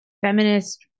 feminist